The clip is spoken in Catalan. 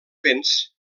béns